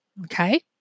Okay